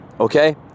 Okay